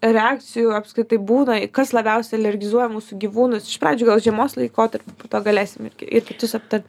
reakcijų apskritai būna kas labiausiai alergizuoja mūsų gyvūnus iš pradžių gal žiemos laikotarpiu po to galėsim ir ir kitus aptart